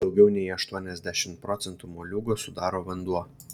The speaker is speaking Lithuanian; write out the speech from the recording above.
daugiau nei aštuoniasdešimt procentų moliūgo sudaro vanduo